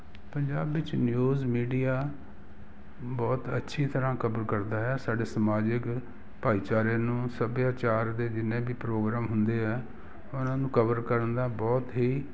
ਪੰਜਾਬ ਵਿੱਚ news media ਬਹੁਤ ਅੱਛੀ ਤਰ੍ਹਾਂ ਕਵਰ ਕਰਦਾ ਹੈ ਸਾਡੇ ਸਮਾਜਿਕ ਭਾਈਚਾਰੇ ਨੂੰ ਸੱਭਿਆਚਾਰ ਦੇ ਜਿੰਨੇ ਵੀ ਪ੍ਰੋਗਰਾਮ ਹੁੰਦੇ ਆ ਉਹਨਾਂ ਨੂੰ ਕਵਰ ਕਰਨ ਦਾ ਬਹੁਤ ਹੀ